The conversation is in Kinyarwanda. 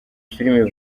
filime